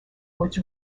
was